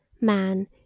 man